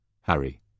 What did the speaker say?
Harry